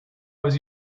was